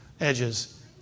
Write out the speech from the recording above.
edges